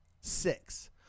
Six